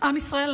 עם ישראל,